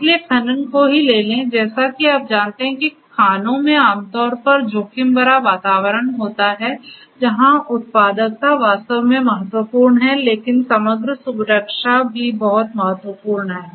इसलिए खनन को ही लें जैसा कि आप जानते हैं कि खानों में आमतौर पर जोखिम भरा वातावरण होता है जहां उत्पादकता वास्तव में महत्वपूर्ण है लेकिन समग्र सुरक्षा भी बहुत महत्वपूर्ण है